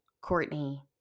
Courtney